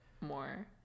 more